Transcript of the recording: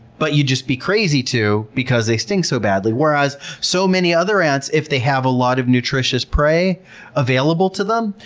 but you'd just be crazy too because they sting so badly. whereas, so many other ants, if they have a lot of nutritious prey available to them,